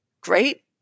great